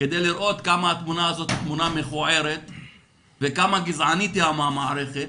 כדי לראות כמה התמונה הזאת היא תמונה מכוערת וכמה גזענית היא המערכת